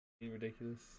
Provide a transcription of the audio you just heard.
Ridiculous